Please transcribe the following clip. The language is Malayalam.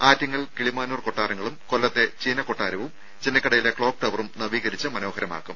ആറ്റിങ്ങൽ കിളിമാനൂർ കൊട്ടാരങ്ങളും കൊല്ലത്തെ ചീനക്കൊട്ടാരവും ചിന്നക്കടയിലെ ക്ലോക്ക് ടവറും നവീകരിച്ച് മനോഹരമാക്കും